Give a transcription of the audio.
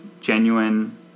genuine